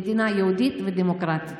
במדינה יהודית ודמוקרטית.